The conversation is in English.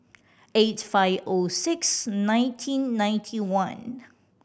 eight five O six nineteen ninety one